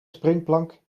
springplank